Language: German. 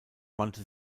wandte